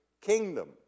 kingdom